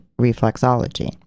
reflexology